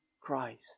Christ